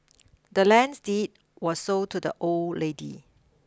the land's deed was sold to the old lady